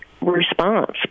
response